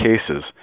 cases